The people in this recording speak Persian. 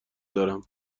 دارم